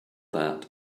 that